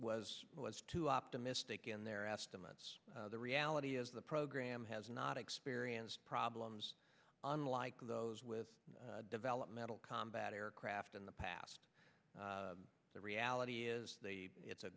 was too optimistic in their estimates the reality is the program has not experienced problems unlike those with developmental combat aircraft in the past the reality is it's a